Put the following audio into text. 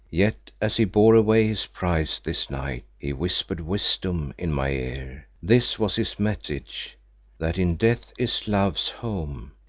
yet as he bore away his prize this night he whispered wisdom in my ear. this was his message that in death is love's home,